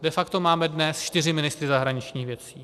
De facto máme dnes čtyři ministry zahraničních věcí.